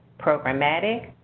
programmatic,